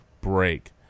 break